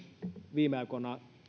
viime aikoina